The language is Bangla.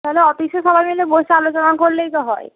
তাহলে অফিসে সবাই মিলে বসে আলোচনা করলেই তো হয়